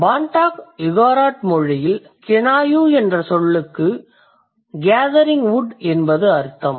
Bontoc Igorot மொழியில் Kinayu என்ற சொல்லுக்கு gathering wood என்பது அர்த்தம்